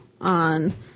on